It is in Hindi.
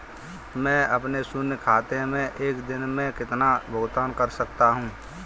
मैं अपने शून्य खाते से एक दिन में कितना भुगतान कर सकता हूँ?